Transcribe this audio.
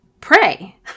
Pray